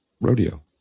rodeo